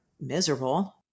miserable